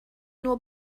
nur